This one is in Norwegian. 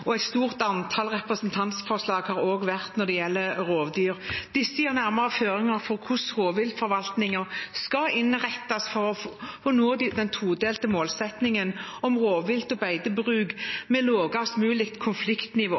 og det har også vært et stort antall representantforslag når det gjelder rovdyr. Disse gir nærmere føringer for hvordan rovviltforvaltningen skal innrettes for å nå den todelte målsettingen om rovvilt og beitebruk med lavest mulig konfliktnivå.